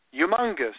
Humongous